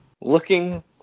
looking